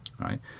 right